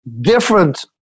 different